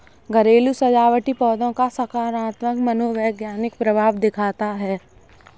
घरेलू सजावटी पौधों का सकारात्मक मनोवैज्ञानिक प्रभाव दिखता है